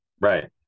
Right